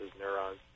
neurons